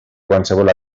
qualsevol